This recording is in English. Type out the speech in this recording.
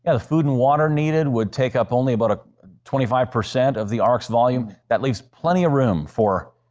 ah the food and water needed would take up only about ah twenty five percent of the ark's volume. this leaves plenty of room for